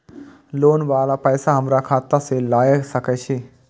Loan वाला पैसा हमरा खाता से लाय सके छीये?